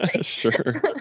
Sure